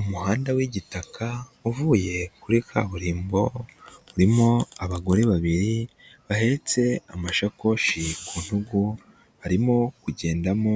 Umuhanda w'igitaka uvuye kuri kaburimbo urimo abagore babiri bahetse amashakoshi ku ntugu barimo kugendamo,